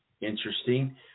Interesting